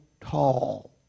tall